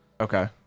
Okay